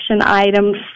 items